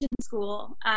school